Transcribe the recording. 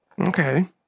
Okay